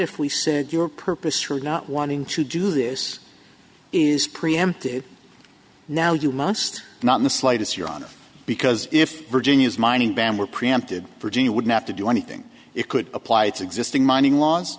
if we said your purpose for not wanting to do this is preemptive now you must not in the slightest your honor because if virginia's mining ban were preempted virginia wouldn't have to do anything it could apply its existing mining laws